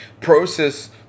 process